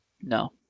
No